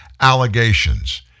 allegations